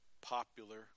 popular